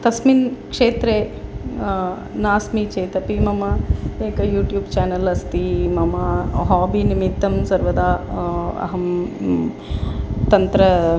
तस्मिन् क्षेत्रे नास्मि चेतपि मम एकं यूट्यूब् चानेल् अस्ति मम हाबि निमित्तं सर्वदा अहं तन्त्र